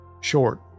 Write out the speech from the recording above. short